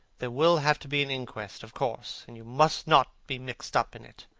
there will have to be an inquest, of course, and you must not be mixed up in it.